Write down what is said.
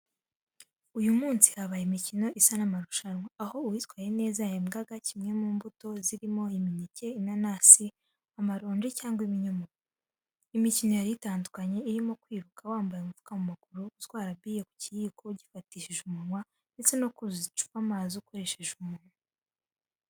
Uyu munsi habaye imikino isa n’amarushanwa, aho uwitwaye neza yahembwaga kimwe mu mbuto zirimo umuneke, inanasi, amaronji cyangwa ibinyomoro. Imikino yari itandukanye, irimo kwiruka wambaye umufuka mu maguru, gutwara biye ku kiyiko ugifatishije umunwa, ndetse no kuzuza icupa amazi ukoresheje umunwa.